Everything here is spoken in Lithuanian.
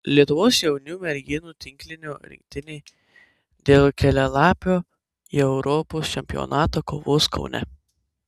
lietuvos jaunių merginų tinklinio rinktinė dėl kelialapio į europos čempionatą kovos kaune